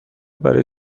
برای